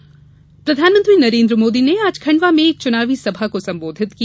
मोदी सभा प्रधानमंत्री नरेन्द्र मोदी ने आज खंडवा में एक चुनावी सभा को संबोधित किया